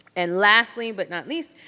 and lastly, but not least,